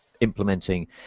implementing